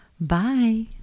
Bye